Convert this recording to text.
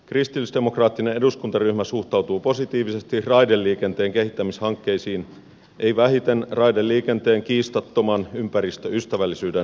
kristillisdemokraattinen eduskuntaryhmä suhtautuu positiivisesti raideliikenteen kehittämishankkeisiin ei vähiten raideliikenteen kiistattoman ympäristöystävällisyyden vuoksi